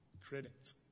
credit